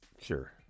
Sure